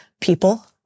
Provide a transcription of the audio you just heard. people